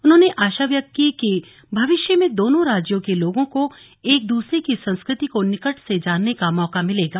उन्होंने आशा व्यक्त की कि भविष्य में दोनों राज्यों के लोगों को एक दूसरे की संस्कृति को निकट से जानने का मौका मिलेगा